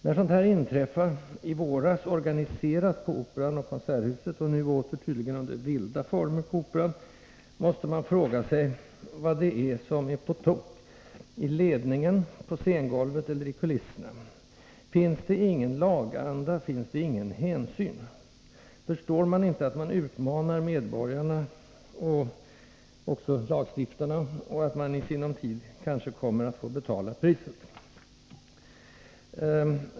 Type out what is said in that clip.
När sådant här inträffar —i våras, organiserat, på Operan och Konserthuset och nu tydligen i ”vilda former” på Operan — måste man fråga sig vad det är som är på tok, i ledningen, på scengolvet eller i kulisserna. Finns det ingen laganda? Finns det ingen hänsyn? Förstår man inte att man utmanar medborgarna, och också lagstiftarna, och att man i sinom tid kanske kommer att få betala priset?